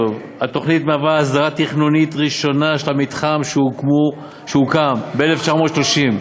דב: התוכנית מהווה הסדרה תכנונית ראשונה של המתחם שהוקם ב-1930,